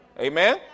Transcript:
Amen